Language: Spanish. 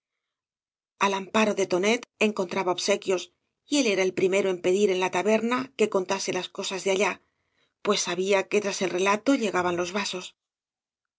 a amparo de tonet encontraba obsequios y él era el primero en pedir en la taberna que con tase las cosas de allá pues sabía que tras el re lato llegab n los vasos